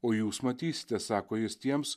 o jūs matysite sako jis tiems